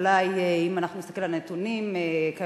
אולי אם אנחנו נסתכל על נתונים שהתפרסמו,